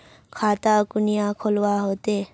खाता कुनियाँ खोलवा होते?